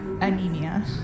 anemia